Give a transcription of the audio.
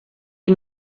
you